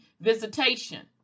visitation